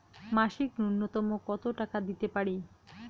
মাসিক নূন্যতম কত টাকা দিতে পারি?